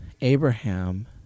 Abraham